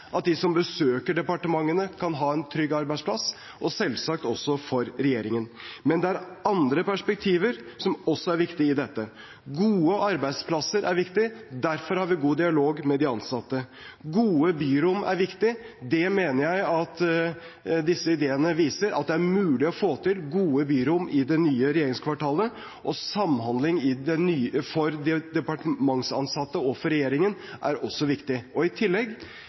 at de som besøker departementene, kan ha en trygg arbeidsplass – og selvsagt også regjeringen. Men det er andre perspektiver som også er viktig i dette. Gode arbeidsplasser er viktig. Derfor har vi god dialog med de ansatte. Gode byrom er viktig. Jeg mener at disse ideene viser at det er mulig å få til gode byrom i det nye regjeringskvartalet. Samhandling for departementsansatte og for regjeringen er også viktig. I tillegg: